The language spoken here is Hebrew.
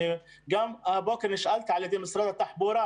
גם הבוקר נשאלתי על ידי משרד התחבורה: